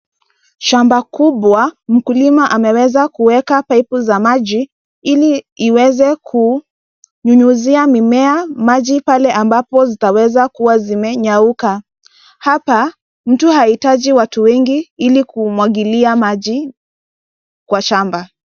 Shamba kubwa mkulima ameweza kuweka paipu za maji ili iweze kunyunyizia mimea maji ambapo pale zitaweza kuwa zimenyauka. Hapa mtu hahitaji watu wengi ili kumwagilia maji kwa shamba.